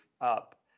up